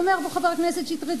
אומר פה חבר הכנסת שטרית,